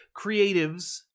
creatives